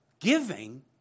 giving